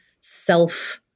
self